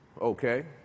Okay